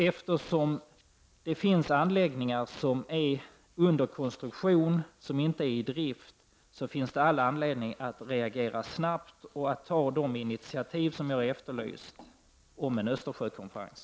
Eftersom det finns anläggningar som är under konstruktion och som inte är i drift, finns det all anledning att reagera snabbt och att ta de initiativ som jag har efterlyst om en Östersjökonferens.